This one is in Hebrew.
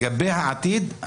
לגבי העתיד,